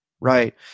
Right